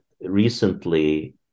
recently